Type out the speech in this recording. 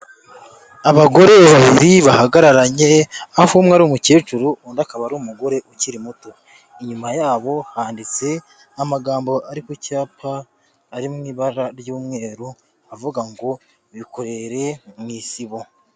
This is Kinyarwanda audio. Abagore babiri bahagaranye aho umwe ari umukecuru undi akaba ari umugore ukiri muto, inyuma yabo handitse amagambo ari ku cyapa, ari mu ibara ry'umweru avuga ngo "bikorere mu isibo".